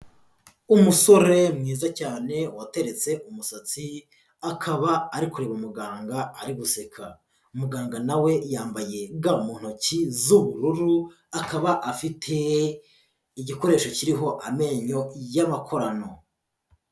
Umusore mwiza cyane, wateretse umusatsi, akaba ari kureba muganga ari guseka. Muganga na we yambaye ga mu ntoki z'ubururu, akaba afite igikoresho kiriho amenyo y'amakorano.